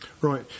Right